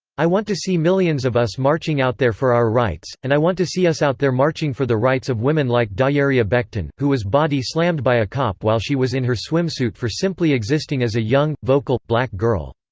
i want to see millions of us marching out there for our rights, and i want to see us out there marching for the rights of women like dajerria becton, who was body slammed by a cop while she was in her swimsuit for simply existing as a young, vocal, black girl.